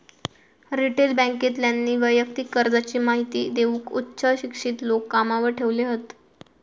retail बॅन्केतल्यानी वैयक्तिक कर्जाची महिती देऊक उच्च शिक्षित लोक कामावर ठेवले हत